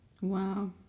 Wow